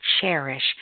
cherish